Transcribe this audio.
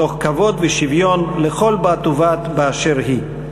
תוך כבוד ושוויון לכל בת ובת באשר היא.